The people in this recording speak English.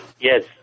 Yes